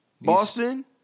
Boston